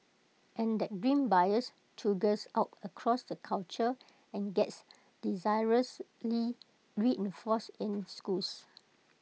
and that grim bias trudges out across the culture and gets disastrously reinforced in schools